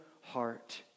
heart